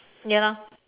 ya lah